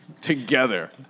together